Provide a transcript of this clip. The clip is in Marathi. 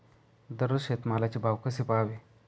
दररोज शेतमालाचे भाव कसे पहावे?